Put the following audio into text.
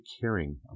caring